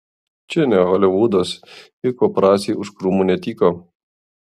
čia ne holivudas juk paparaciai už krūmų netyko